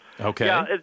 Okay